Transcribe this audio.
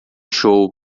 show